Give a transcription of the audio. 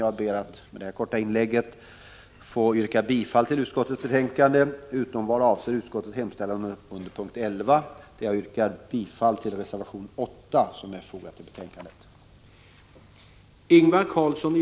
Jag ber att med detta korta inlägg få yrka bifall till utskottets hemställan, utom vad avser hemställan i mom. 11, där jag yrkar bifall till reservation 8, som är fogad till betänkandet.